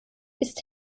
ist